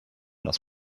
das